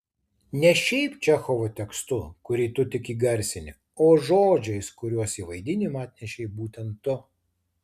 ne šiaip čechovo tekstu kurį tu tik įgarsini o žodžiais kuriuos į vaidinimą atnešei būtent tu